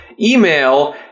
email